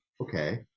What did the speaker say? okay